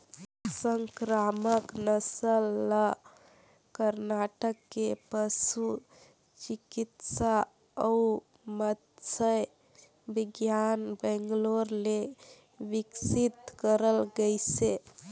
संकरामक नसल ल करनाटक के पसु चिकित्सा अउ मत्स्य बिग्यान बैंगलोर ले बिकसित करल गइसे